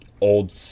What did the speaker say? old